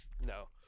No